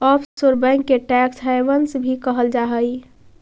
offshore bank के tax havens भी कहल जा हइ